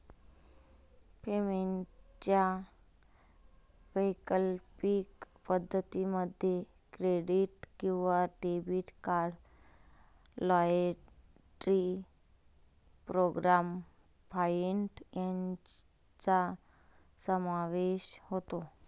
पेमेंटच्या वैकल्पिक पद्धतीं मध्ये क्रेडिट किंवा debit card, loyalty program point यांचा समावेश होतो